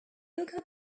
shizuoka